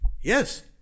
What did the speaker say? Yes